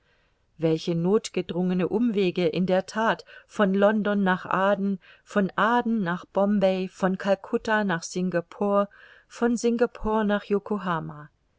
welche nothgedrungene umwege in der that von london nach aden von aden nach bombay von calcutta nach singapore von singapore nach